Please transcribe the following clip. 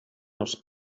els